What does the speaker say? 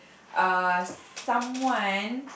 uh someone